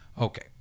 Okay